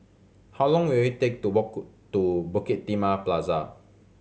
how long will it take to walk to Bukit Timah Plaza